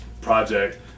project